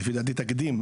שלפי דעתי היא תקדים,